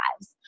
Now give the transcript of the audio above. lives